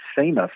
famous